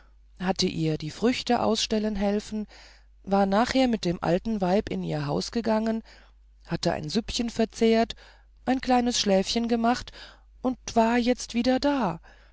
hatte ihr die früchte aufstellen helfen war nachher mit dem alten weib in ihr haus gekommen hatte ein süppchen verzehrt ein kleines schläfchen gemacht und war jetzt wieder da